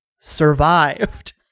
survived